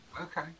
Okay